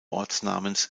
ortsnamens